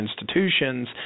institutions